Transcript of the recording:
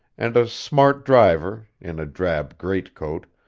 and a smart driver, in a drab greatcoat,